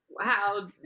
Wow